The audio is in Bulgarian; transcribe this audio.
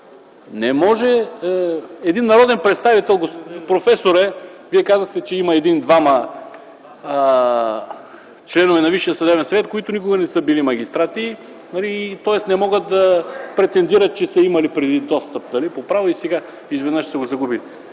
не може един народен представител, професоре, Вие казахте, че има един-двама членове на Висшия съдебен съвет, които никога не са били магистрати, тоест не могат да претендират, че са имали преди достъп по право и сега изведнъж са го загубили.